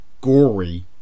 gory